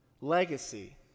legacy